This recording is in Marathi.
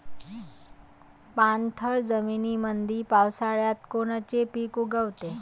पाणथळ जमीनीमंदी पावसाळ्यात कोनचे पिक उगवते?